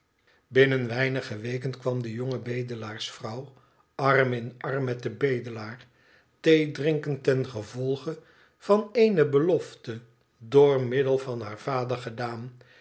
binnen weinige weken kwam de jonge bedelaarsvrouw arm in arm met den bedelaar theedrinken ten gevolge van eene belofte door middel van haar vader gedaan